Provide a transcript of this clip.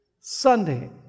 Sunday